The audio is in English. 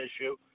issue